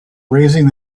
raising